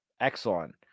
excellent